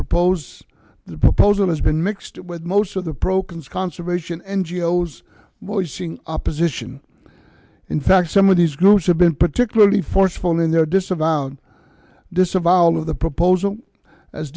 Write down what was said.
propose the proposal has been mixed with most of the proconsul conservation n g o s voicing opposition in fact some of these groups have been particularly forceful in their disavow disavowal of the proposal as